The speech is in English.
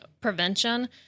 prevention